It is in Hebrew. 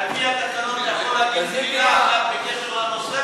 על-פי התקנון אתה יכול להגיד מילה אחת בקשר לנושא,